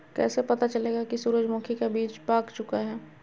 कैसे पता चलेगा की सूरजमुखी का बिज पाक चूका है?